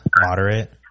moderate